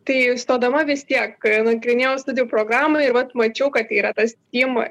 tai stodama vis tiek nagrinėjau studijų programą ir vat mačiau kad yra tas stim